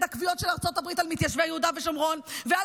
הקביעות של ארצות הברית על מתיישבי יהודה ושומרון ועל